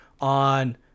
on